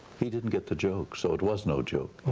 he didn't get the joke, so it was no joke.